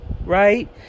right